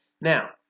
now